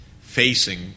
facing